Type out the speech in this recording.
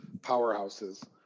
powerhouses